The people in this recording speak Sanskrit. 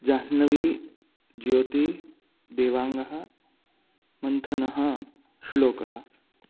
जाह्नवी ज्योतिः देवाङ्गः मन्थनः श्लोकः